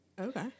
Okay